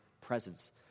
presence